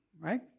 right